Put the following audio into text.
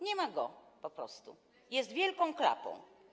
Nie ma go po prostu, jest wielką klapą.